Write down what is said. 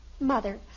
Mother